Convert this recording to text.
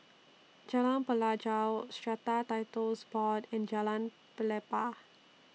Jalan Pelajau Strata Titles Board and Jalan Pelepah